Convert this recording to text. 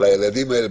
לילדים האלה,